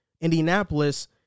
Indianapolis